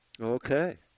Okay